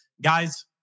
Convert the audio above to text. Guys